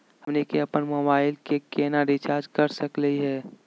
हमनी के अपन मोबाइल के केना रिचार्ज कर सकली हे?